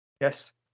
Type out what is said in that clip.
Yes